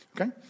Okay